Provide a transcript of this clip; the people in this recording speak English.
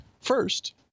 first